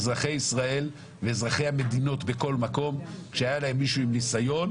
אזרחי ישראל ואזרחי המדינות בכל מקום שהיה להם מישהו עם ניסיון,